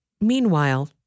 Meanwhile